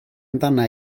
amdana